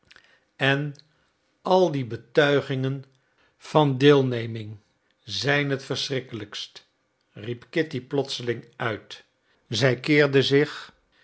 en al die betuigingen van deelneming zijn het verschrikkelijkst riep kitty plotseling uit zij keerde zich